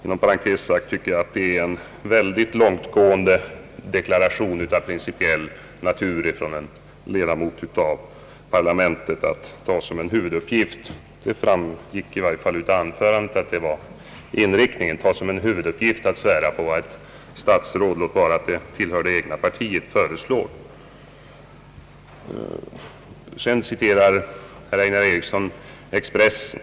Inom parentes sagt tycker jag att detta är en mycket långtgående deklaration av principiell natur beträffande huvuduppgiften från en ledamot av parlamentet. Det framgick i varje fall av anförandet, att inriktningen var att ta som huvuduppgift att svära på vad statsrådet föreslår, låt vara att han tillhör det egna partiet. Sedan citerar herr Einar Eriksson tidningen Expressen.